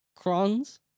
Crons